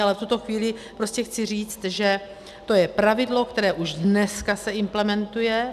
Ale v tuto chvíli chci říct, že to je pravidlo, které už dneska se implementuje.